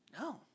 No